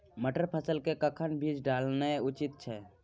मटर फसल के कखन बीज डालनाय उचित छै?